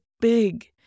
big